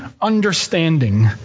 understanding